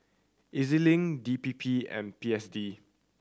E Z Link D P P and P S D